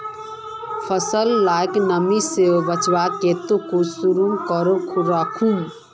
फसल लाक नमी से बचवार केते कुंसम करे राखुम?